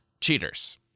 cheaters